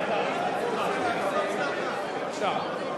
חברת הכנסת רגב, בבקשה.